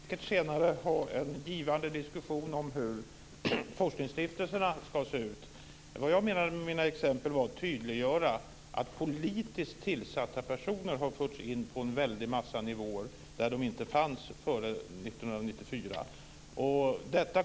Fru talman! Vi kan säkert senare ha en givande diskussion om hur forskningsstiftelserna ska se ut. Jag ville med mina exempel tydliggöra att politiskt tillsatta personer har förts in på många nivåer där de inte fanns före 1994.